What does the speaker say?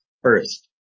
First